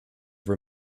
have